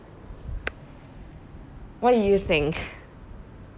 what do you think